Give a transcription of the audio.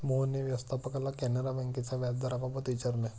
मोहनने व्यवस्थापकाला कॅनरा बँकेच्या व्याजदराबाबत विचारले